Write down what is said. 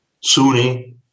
Sunni